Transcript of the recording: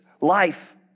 life